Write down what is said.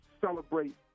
celebrate